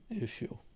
issue